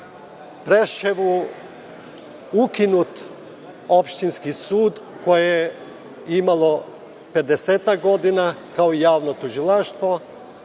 Preševu ukinut Opštinski sud, koji je imalo pedesetak godina, kao i javno tužilaštvo,